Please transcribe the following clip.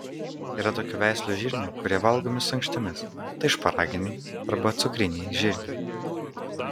yra tokių veislių žirnių kurie valgomi su ankštimis tai šparaginiai arba cukriniai žirniai